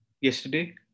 Yesterday